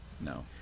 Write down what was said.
No